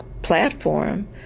Platform